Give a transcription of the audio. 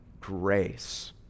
grace